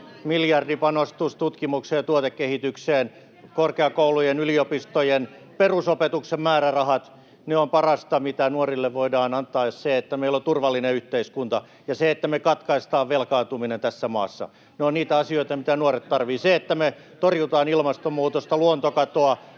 Miljardipanostus tutkimukseen ja tuotekehitykseen, korkeakoulujen, yliopistojen perusopetuksen määrärahat — ne ovat parasta, mitä nuorille voidaan antaa, ja se, että meillä on turvallinen yhteiskunta, ja se, että me katkaistaan velkaantuminen tässä maassa. Ne ovat niitä asioita, mitä nuoret tarvitsevat. Se, että me torjutaan ilmastonmuutosta, luontokatoa